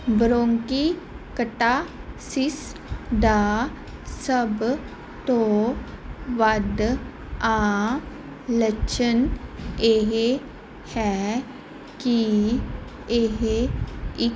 bronchiectasis ਦਾ ਸਭ ਤੋਂ ਵੱਧ ਆਮ ਲੱਛਣ ਇਹ ਹੈ ਕਿ ਇਹ ਇੱਕ